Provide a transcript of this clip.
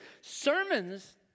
Sermons